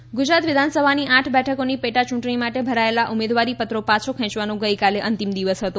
પેટા ચૂંટણી ગુજરાત વિધાનસભાની આઠ બેઠકોની પેટાયૂંટણી માટે ભરાયેલા ઉમેદવારીપત્રો પાછા ખેંચવાનો ગઇકાલે અંતિમ દિવસ હતો